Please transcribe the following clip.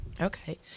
Okay